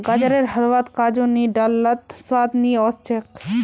गाजरेर हलवात काजू नी डाल लात स्वाद नइ ओस छेक